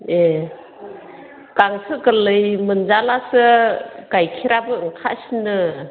ए गांसो गोरलै मोनजाब्लासो गाइखेराबो ओंखारसिनो